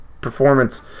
performance